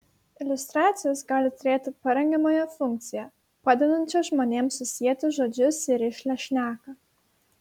iliustracijos gali turėti parengiamąją funkciją padedančią žmonėms susieti žodžius į rišlią šneką